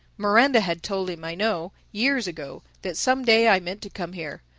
miranda had told him, i know, years ago, that some day i meant to come here.